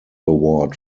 award